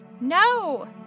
No